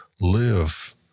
live